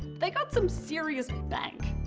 they got some serious bank.